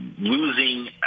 losing